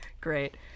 Great